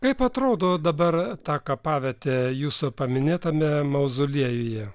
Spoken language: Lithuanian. kaip atrodo dabar ta kapavietė jūsų paminėtame mauzoliejuje